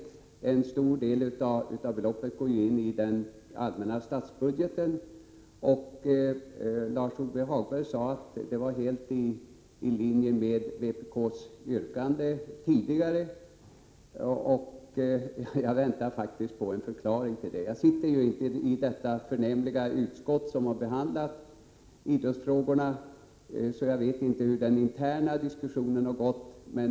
En stor del av de pengarna går ju in i den allmänna statsbudgeten. Lars-Ove Hagberg sade att det här förslaget låg helt i linje med vpk:s tidigare yrkanden. Jag väntar faktiskt på en förklaring — jag sitter ju inte i det förnämliga utskott som har behandlat idrottsfrågorna, så jag vet inte hur den interna diskussionen har gått.